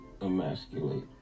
emasculate